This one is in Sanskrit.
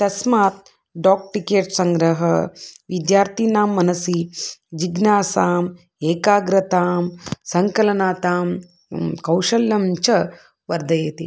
तस्मात् डोक् टिकेट् सङ्ग्रहः विद्यार्थिनां मनसि जिज्ञासाम् एकाग्रतां सङ्कलनातां कौशल्यं च वर्धयति